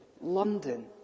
London